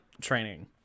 training